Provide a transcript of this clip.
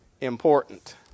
important